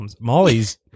Molly's